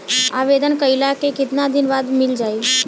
आवेदन कइला के कितना दिन बाद मिल जाई?